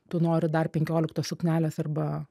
tu nori dar penkioliktos suknelės arba